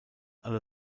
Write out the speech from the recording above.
alle